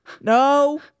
no